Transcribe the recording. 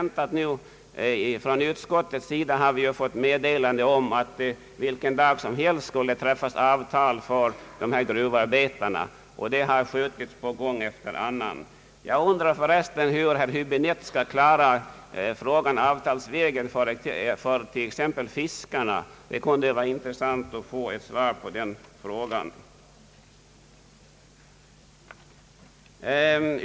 Från utskottets sida har vi nu fått flera meddelanden om att det vilken dag som helst skulle träffas avtal om gruvarbetarna. Detta har man dock måst skjuta på gång efter annan. Jag undrar förresten hur herr Hibinette skall klara frågan avtalsvägen för till exempel fiskarna. Det kunde vara intressant att få ett svar på den frågan.